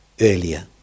earlier